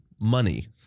money